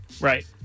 Right